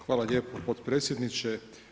Hvala lijepo potpredsjedniče.